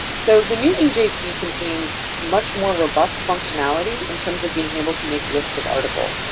so the new ejc contains much more robust functionality in terms of being able to make lists of articles.